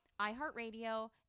iHeartRadio